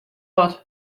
wat